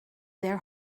their